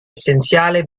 essenziale